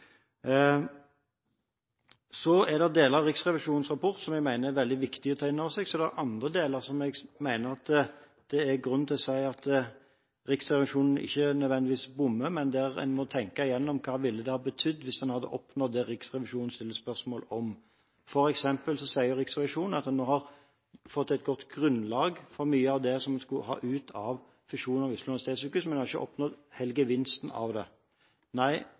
så er det andre deler der jeg mener at det er grunn til å si at Riksrevisjonen ikke nødvendigvis bommer, men at en må tenke gjennom hva det ville betydd hvis en hadde oppnådd det Riksrevisjonen stiller spørsmål om. Riksrevisjonen sier f.eks. at en nå har fått et godt grunnlag for mye av det som vi skulle ha ut av fusjonen av Oslo universitetssykehus, men vi har ikke oppnådd hele gevinsten av det.